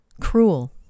cruel